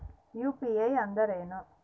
UPI ಅಂದ್ರೇನು?